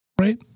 right